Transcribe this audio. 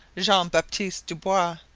jean-baptiste dubois,